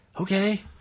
Okay